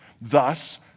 Thus